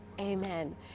Amen